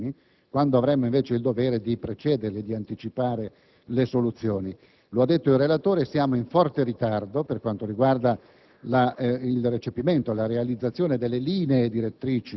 Eppure stiamo semplicemente inseguendo dei problemi, quando avremmo invece il dovere di precederli, di anticipare le soluzioni. Lo ha detto il relatore: siamo in forte ritardo per quanto riguarda